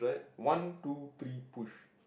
one two three push